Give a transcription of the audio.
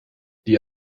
die